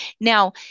Now